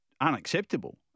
unacceptable